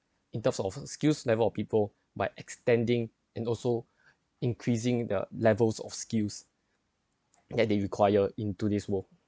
in terms of skills level of people by extending and also increasing their levels of skills that they require in today's world